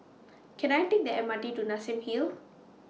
Can I Take The M R T to Nassim Hill